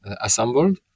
assembled